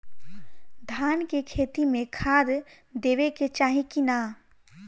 धान के खेती मे खाद देवे के चाही कि ना?